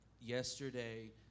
Yesterday